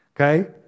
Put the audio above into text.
okay